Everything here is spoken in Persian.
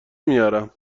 میارم